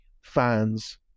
fans